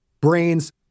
brains